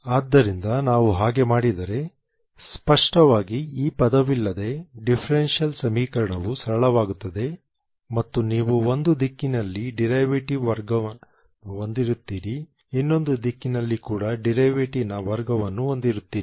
ಆದ್ದರಿಂದ ನಾವು ಹಾಗೆ ಮಾಡಿದರೆ ಸ್ಪಷ್ಟವಾಗಿ ಈ ಪದವಿಲ್ಲದೆ ಡಿಫರೆಂಷಿಯಲ್ ಸಮೀಕರಣವು ಸರಳವಾಗುತ್ತದೆ ಮತ್ತು ನೀವು ಒಂದು ದಿಕ್ಕಿನಲ್ಲಿ ಡಿರಿವೆಟಿವ್ನ ವರ್ಗವನ್ನು ಹೊಂದಿರುತ್ತೀರಿ ಇನ್ನೊಂದು ದಿಕ್ಕಿನಲ್ಲಿ ಕೂಡ ಡಿರಿವೆಟಿವ್ನ ವರ್ಗವನ್ನು ಹೊಂದಿರುತ್ತೀರಿ